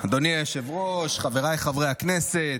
אדוני היושב-ראש, חבריי חברי הכנסת,